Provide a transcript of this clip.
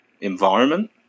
environment